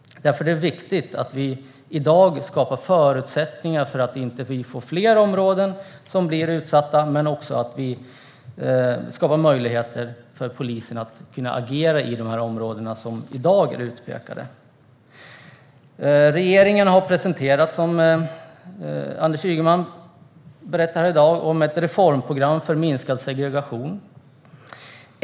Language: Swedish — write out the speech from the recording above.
Därför är det viktigt att vi i dag skapar förutsättningar för att vi inte ska få fler områden som blir utsatta och för att polisen ska kunna agera i de områden som i dag är utpekade. Som Anders Ygeman berättar i dag har regeringen presenterat ett reformprogram för minskad segregation.